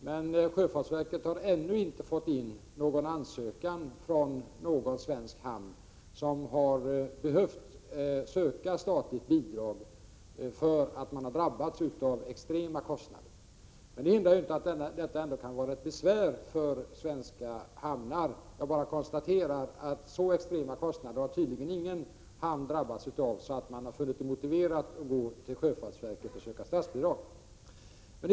Men sjöfartsverket har ännu inte fått in någon ansökan från någon svensk hamn som behöver söka statligt bidrag därför att man drabbats av extrema kostnader. Det hindrar inte att detta ändå kan vara ett besvär för svenska hamnar. Jag bara konstaterar att ingen hamn tydligen drabbats av så extrema kostnader att det har motiverat att söka statsbidrag hos sjöfartsverket.